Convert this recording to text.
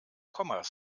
kommas